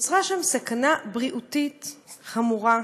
נוצרה סכנה בריאותית חמורה,